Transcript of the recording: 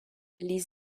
les